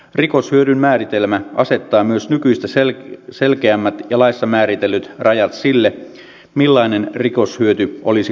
rikoshyödyn määritelmä asettaa myös nykyistä selkeämmät ja laissa määritellyt rajat sille millainen rikoshyöty olisi konfiskoitavissa